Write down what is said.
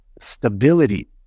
stability